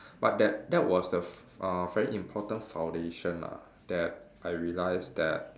but that that was the f~ f~ uh very important foundation lah that I realise that